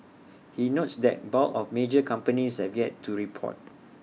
he notes that bulk of major companies have yet to report